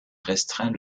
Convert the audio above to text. restreint